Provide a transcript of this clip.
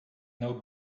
know